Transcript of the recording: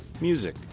music